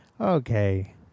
okay